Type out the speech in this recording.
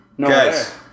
Guys